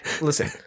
listen